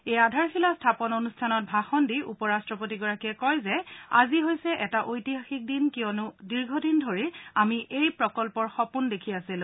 এই আধাৰশিলা স্থাপন অনুষ্ঠানত ভাষণ দি উপৰাট্টপতিগৰাকীয়ে কয় যে আজি হৈছে এটা ঐতিহাসিক দিন কিয়নো দীৰ্ঘদিন ধৰি আমি এই এই প্ৰকল্পৰ সপোন দেখি আছিলো